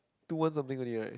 two one something only right